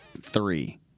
three